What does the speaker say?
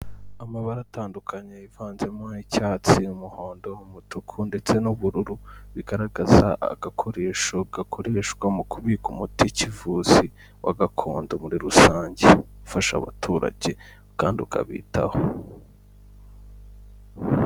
Amabara atandukanye ivanzemo icyatsi, umuhondo, umutuku ndetse n'ubururu, bigaragaza agakoresho gakoreshwa mu kubika umuti kivuzi wa gakondo muri rusange ufasha abaturage kandi ukabitaho.